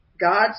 God